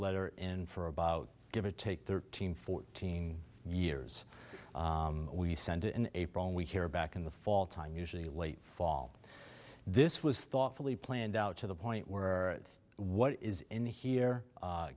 letter in for about give it take thirteen fourteen years we sent it in april and we hear back in the fall time usually late fall this was thoughtfully planned out to the point where it's what is in here